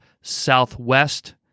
Southwest